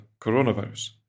coronavirus